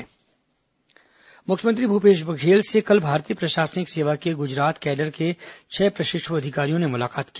एक भारत श्रेष्ठ भारत मुख्यमंत्री भूपेश बघेल से कल भारतीय प्रशासनिक सेवा के गुजरात कैडर के छह प्रशिक्षु अधिकारियों ने मुलाकात की